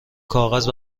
کاغذ